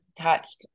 touched